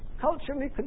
culturally